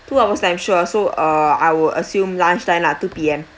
two hours time sure so uh I will assume lunch time lah two P_M